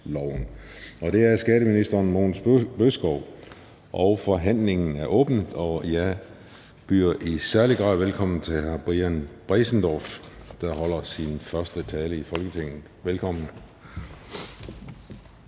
fg. formand (Christian Juhl): Forhandlingen er åbnet. Jeg byder i særlig grad velkommen til hr. Brian Bressendorff, der holder sin første tale i Folketinget. Velkommen.